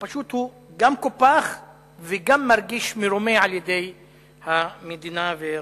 שפשוט הוא גם קופח וגם מרגיש מרומה על-ידי המדינה ורשויותיה.